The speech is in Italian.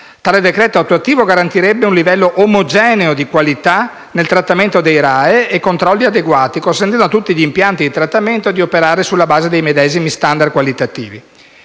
Tale decreto attuativo garantirebbe un livello omogeneo di qualità nel trattamento dei RAEE e controlli adeguati, consentendo a tutti gli impianti di trattamento di operare sulla base dei medesimi standard qualitativi.